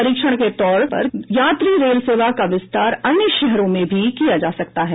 परीक्षण के तौर पर यात्री रेल सेवा का विस्तार अन्य शहरों में भी किया जा सकता है